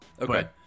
okay